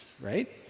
right